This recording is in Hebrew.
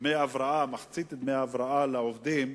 דמי הבראה, מחצית דמי ההבראה לעובדים,